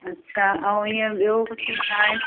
अच्छा ऐं ईअं ॿियो कुझु छा आहे